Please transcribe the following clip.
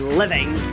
living